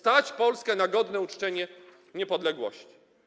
Stać Polskę na godne uczczenie niepodległości.